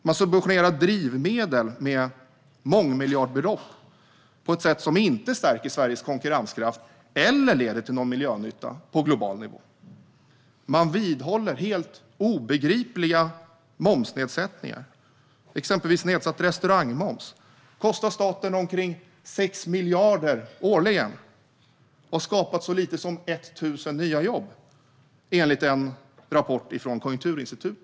Man subventionerar drivmedel med mångmiljardbelopp på ett sätt som inte stärker Sveriges konkurrenskraft eller leder till någon miljönytta på global nivå. Man vidhåller helt obegripliga momsnedsättningar, exempelvis nedsatt restaurangmoms. Den kostar staten omkring 6 miljarder årligen och har skapat så lite som 1 000 nya jobb, enligt en rapport från Konjunkturinstitutet.